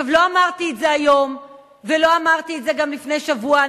לא אמרתי את זה היום ולא אמרתי את זה גם לפני שבוע.